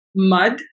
mud